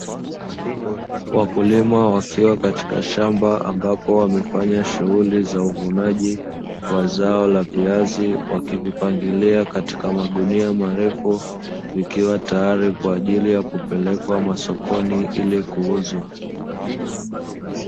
Wakulima wakiwa katika shamba ambapo wamefanya shughuli za uvunaji wa zao la viazi, wakivipangilia katika magunia marefu vikiwa tayari kwa ajili ya kupelekwa masokoni ili kuuzwa.